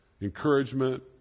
encouragement